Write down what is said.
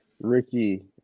Ricky